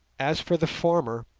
as for the former,